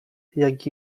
jak